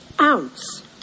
ounce